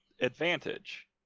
advantage